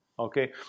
Okay